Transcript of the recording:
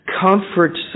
comfort